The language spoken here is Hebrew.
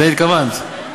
לזה התכוונת?